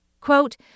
Quote